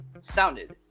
sounded